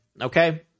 Okay